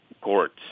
courts